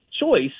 choice